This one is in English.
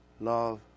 Love